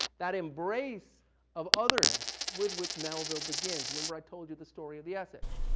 that embrace of otherness with which melville begins. remember i told you the story of the essex.